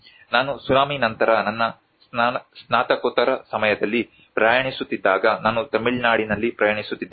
ನಾನು ಸುನಾಮಿ ನಂತರ ನನ್ನ ಸ್ನಾತಕೋತ್ತರ ಸಮಯದಲ್ಲಿ ಪ್ರಯಾಣಿಸುತ್ತಿದ್ದಾಗ ನಾನು ತಮಿಳುನಾಡಿನಲ್ಲಿ ಪ್ರಯಾಣಿಸುತ್ತಿದ್ದೆ